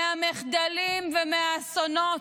מהמחדלים ומהאסונות.